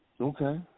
Okay